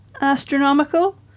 astronomical